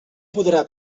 podrà